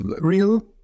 real